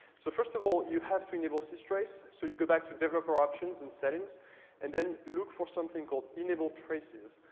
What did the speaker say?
so, first of all, you have to enable systrace. so you go back to developer options in settings and then look for something called enable traces.